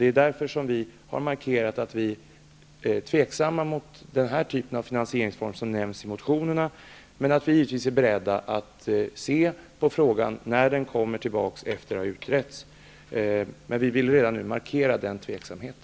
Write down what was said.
Det är av den anledningen vi har markerat att vi är tveksamma till den finansieringsform som nämns i motionerna men att vi givetvis är beredda att se på frågan när den kommer tillbaka efter att ha utretts. Vi vill redan nu markera den tveksamheten.